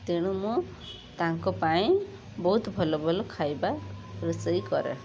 ତେଣୁ ମୁଁ ତାଙ୍କ ପାଇଁ ବହୁତ ଭଲଭଲ ଖାଇବା ରୋଷେଇ କରେ